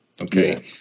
okay